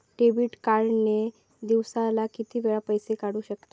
Debit card ने दिवसाला किती वेळा पैसे काढू शकतव?